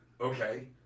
Okay